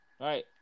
Right